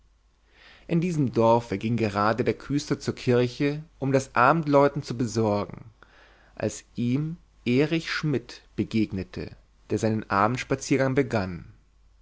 in diesem dorfe ging gerade der küster zur kirche um das abendläuten zu besorgen als ihm erich schmidt begegnete der seinen abendspaziergang begann